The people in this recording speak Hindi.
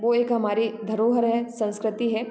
वो एक हमारी धरोहर है संस्कृति है